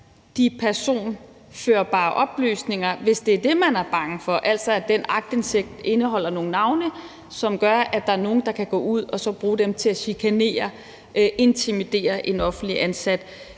de personhenførbare oplysninger, hvis det er det, man er bange for, altså at den aktindsigt indeholder nogle navne, som gør, at der er nogen, der kan gå ud og bruge den til at chikanere og intimidere en offentligt ansat?